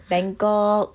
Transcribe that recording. bangkok